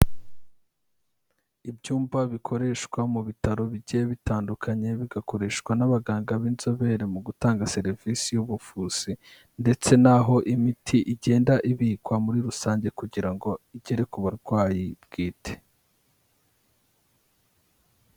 Ibyumba bikoreshwa mu bitaro bigiye bitandukanye bigakoreshwa n'abaganga b'inzobere mu gutanga serivisi y'ubuvuzi ndetse n'aho imiti igenda ibikwa muri rusange kugira ngo igere ku barwayi bwite.